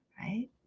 right